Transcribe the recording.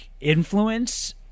influence